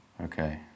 okay